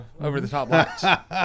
over-the-top